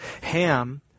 ham